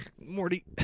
Morty